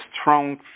strong